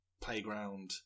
playground